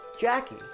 Jackie